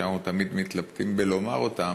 שאנחנו תמיד מתלבטים בלומר אותם,